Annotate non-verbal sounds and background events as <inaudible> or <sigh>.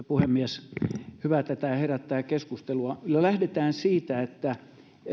<unintelligible> puhemies hyvä että tämä herättää keskustelua lähdetään siitä että